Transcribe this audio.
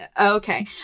okay